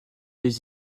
les